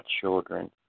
children